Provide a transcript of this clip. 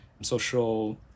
social